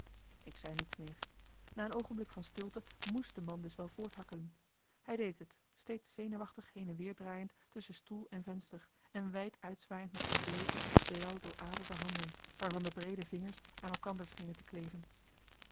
ik zei niets meer na een oogenblik van stilte moest de man dus wel voorthakkelen hij deed t steeds zenuwachtig heen en weer draaiend tusschen stoel en venster en wijd uitzwaaiend met zijn bleeke blauw dooraderde handen waarvan de breede vingers aan elkander schenen te kleven